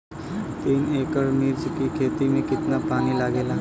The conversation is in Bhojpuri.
तीन एकड़ मिर्च की खेती में कितना पानी लागेला?